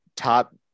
Top